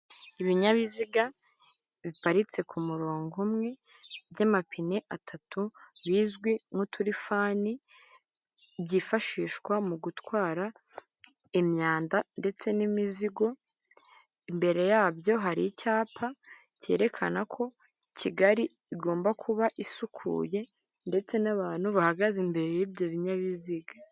Ibinyabiziga biparitse ku murongo umwe by'amapine atatu bizwi nk'uturifani, byifashishwa mu gutwara imyanda ndetse n'imizigo imbere yabyo hari icyapa cyerekana ko Kigali igomba kuba isukuye ndetse n'abantu bahagaze imbere y'ibyo binyabiziga.